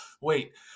wait